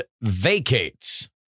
vacates